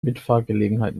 mitfahrgelegenheit